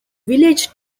village